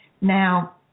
now